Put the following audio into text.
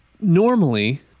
normally